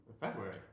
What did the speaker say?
February